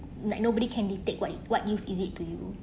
like nobody can detect what you what use is it to you